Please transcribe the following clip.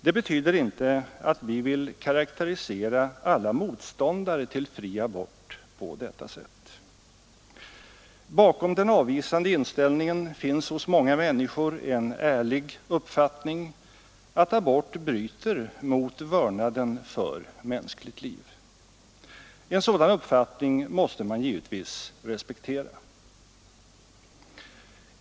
Det betyder inte att vi vill karakterisera alla motståndare till fri abort på detta sätt. Bakom den avvisande inställningen finns hos många människor en ärlig uppfattning att abort bryter mot vördnaden för mänskligt liv. En sådan uppfattning måste man givetvis respektera.